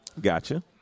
Gotcha